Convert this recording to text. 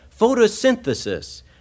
photosynthesis